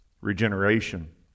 regeneration